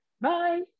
Bye